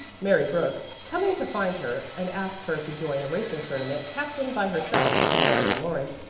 mary brooks, coming to find her and ask her to join a racing tournament captained by herself and marion lawrence,